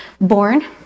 born